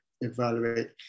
evaluate